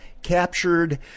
Captured